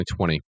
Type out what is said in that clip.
2020